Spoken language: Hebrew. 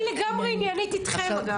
אני לגמרי עניינית איתכם גם.